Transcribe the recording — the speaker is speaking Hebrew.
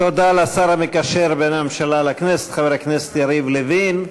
תודה לשר המקשר בין הממשלה לכנסת חבר הכנסת יריב לוין.